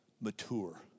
mature